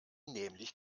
nämlich